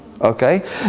okay